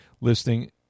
listing